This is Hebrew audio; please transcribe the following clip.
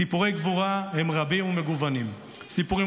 סיפורי הגבורה הם רבים ומגוונים: סיפורים